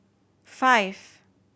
five